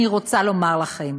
אני רוצה לומר לכם: